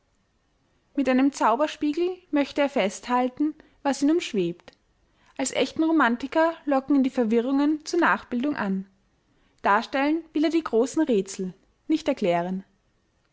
mit einem zauberspiegel möchte er festhalten was ihn umschwebt als echten romantiker locken ihn die verwirrungen zur nachbildung an darstellen will er die großen rätsel nicht erklären